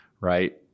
right